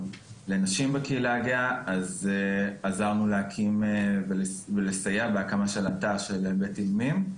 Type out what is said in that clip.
לנשים בקהילה הגאה ועזרנו בסיוע של הקמה של התא של ׳בית אל מים׳.